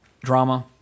drama